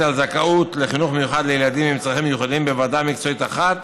על זכאות לחינוך מיוחד לילדים עם צרכים מיוחדים בוועדה מקצועית אחת